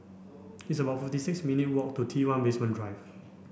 it's about fifty six minute walk to Tone Basement Drive